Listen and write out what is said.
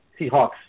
Seahawks